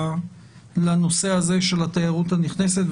לנושא הזה של התיירות הנכנסת,